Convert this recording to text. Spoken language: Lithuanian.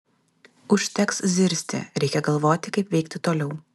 užteks zirzti reikia galvoti kaip veikti toliau